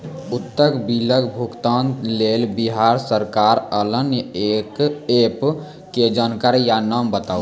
उक्त बिलक भुगतानक लेल बिहार सरकारक आअन्य एप के जानकारी या नाम बताऊ?